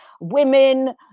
women